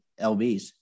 LBs